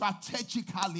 strategically